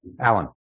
Alan